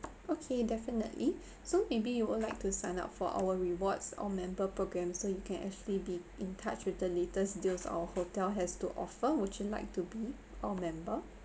okay definitely so maybe you would like to sign up for our rewards or member programme so you can actually be in touch with the latest deals our hotel has to offer would you like to be our member